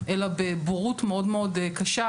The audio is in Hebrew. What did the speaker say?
אלא בבורות מאוד מאוד קשה,